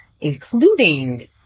including